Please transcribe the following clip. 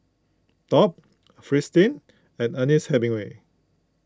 Top Fristine and Ernest Hemingway